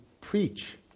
preach